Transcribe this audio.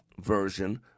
version